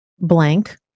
blank